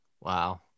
Wow